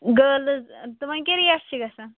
girls تِمَن کیٛاہ rate چھِ گَژھان